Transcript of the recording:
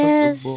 Yes